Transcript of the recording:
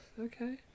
okay